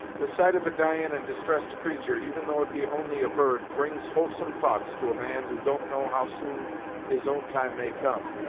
the sight of a dyin' and distressed creatur', even though it be only a bird, brings wholesome thoughts to a man who don't know how soon his own time may come,